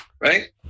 right